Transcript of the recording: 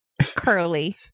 curly